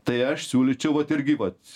tai aš siūlyčiau vat irgi vat